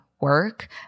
work